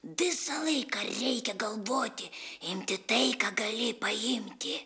visą laiką reikia galvoti imti tai ką gali paimti